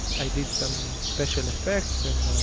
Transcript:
i did some special effects and